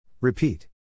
Repeat